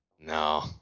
no